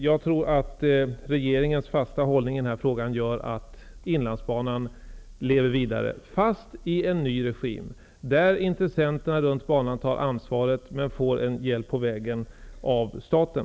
Jag tror att regeringens fasta hållning i denna fråga gör att Inlandsbanan kommer att leva vidare även om det blir i annan regi, där lokala intressenter tar ansvaret men får hjälp på vägen av staten.